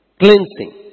cleansing